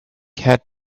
had